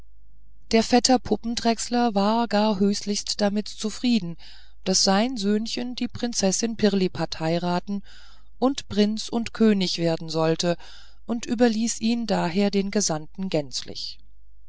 der vetter puppendrechsler war gar höchlich damit zufrieden daß sein söhnchen die prinzessin pirlipat heiraten und prinz und könig werden sollte und überließ ihn daher den gesandten gänzlich